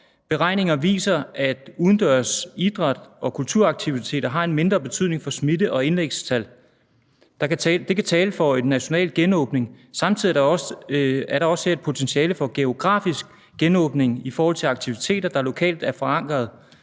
Beregninger viser, at udendørs idræt og kulturaktiviteter har en mindre betydning for smitte- og indlæggelsestal. Det kan tale for en national genåbning. Samtidig er der også et potentiale for geografisk genåbning i forhold til aktiviteter, der er lokalt forankret,